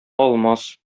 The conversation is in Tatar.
алмас